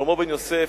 שלמה בן-יוסף,